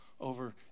over